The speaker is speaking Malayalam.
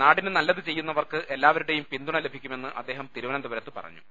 നാടിന് നല്ലതു ചെയ്യുന്ന്വർക്ക് എല്ലാവരുടെയും പിന്തുണ ലഭിക്കുമെന്ന് അദ്ദേഹം തിരുവനന്തപുരത്ത് പറഞ്ഞു